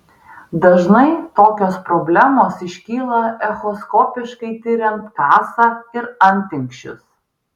dažnai tokios problemos iškyla echoskopiškai tiriant kasą ir antinksčius